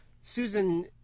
Susan